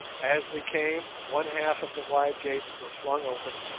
as we came, one half of the wide gates were flung open,